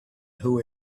who